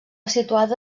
situada